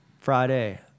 Friday